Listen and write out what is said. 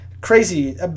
Crazy